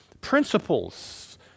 principles